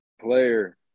player